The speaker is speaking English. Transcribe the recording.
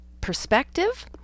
perspective